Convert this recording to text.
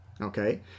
Okay